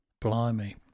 Blimey